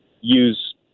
use